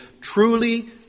truly